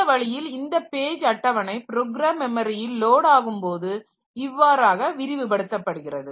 இந்த வழியில் இந்த பேஜ் அட்டவணை ப்ரோக்ராம் மெமரியில் லோட் ஆகும்போது இவ்வாறாக விரிவு படுத்தப்படுகிறது